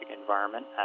environment